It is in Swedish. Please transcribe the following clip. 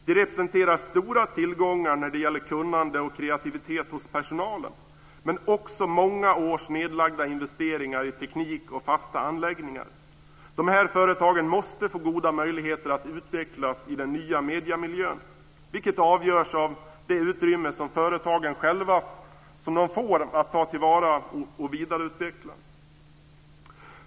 De representerar stora tillgångar när det gäller kunnande och kreativitet hos personalen, men också många års nedlagda investeringar i teknik och fasta anläggningar. De här företagen måste få goda möjligheter att utvecklas i den nya mediemiljön, något som avgörs av det utrymme som företagen själva får att ta till vara och vidareutveckla.